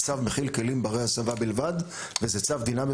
הצו מכיל כלים ברי הסבה בלבד וזה צו דינמי